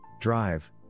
drive